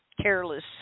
careless